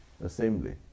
assembly